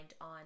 on